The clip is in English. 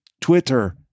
Twitter